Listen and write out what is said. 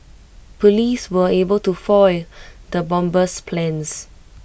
Police were able to foil the bomber's plans